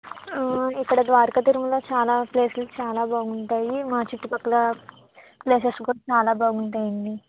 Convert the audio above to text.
ఇక్కడ ద్వారక తిరుమలలో చాలా ప్లేస్లు చాలా బాగుంటాయి మా చుట్టు పక్కల ప్లేసెస్ కూడా చాలా బాగుంటాయండి